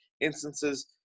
instances